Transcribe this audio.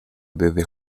desde